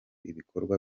ibikorwa